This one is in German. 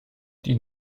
die